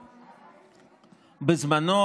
בזמנו,